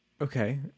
okay